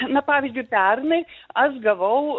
na pavyzdžiui pernai aš gavau